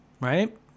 right